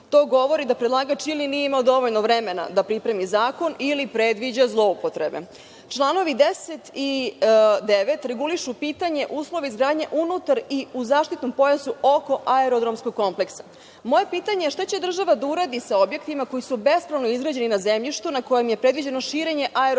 To govori da predlagač ili nije imao dovoljno vremena da pripremi zakon ili predviđa zloupotrebe. Članovi 10. i 9. regulišu pitanje uslova izgradnje unutar i u zaštitnom pojasu oko aerodromskog kompleksa. Moje pitanje je – šta će država da uradi sa objektima koji su bespravno izgrađeni na zemljištu na kome je predviđeno širenje Aerodroma